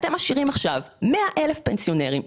אתם עכשיו משאירים מאה אלף פנסיונרים,